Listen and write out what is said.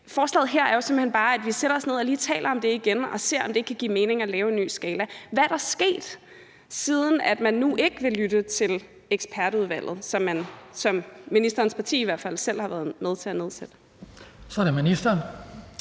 Forslaget her er jo simpelt hen bare, at vi sætter os ned og lige taler om det igen og ser, om det ikke kan give mening at lave en ny skala. Hvad er der sket, siden man nu ikke vil lytte til ekspertudvalget, som i hvert fald ministerens parti selv har været med til at nedsætte? Kl. 17:46 Den